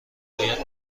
باید